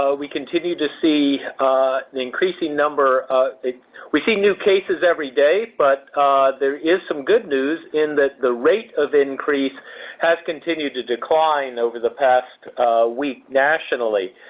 ah we continue to see an increasing number we see new cases every day, but there is some good news in that the rate of increase has continued to decline over the past week nationally.